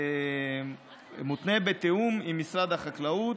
מותנה בתיאום עם משרד החקלאות.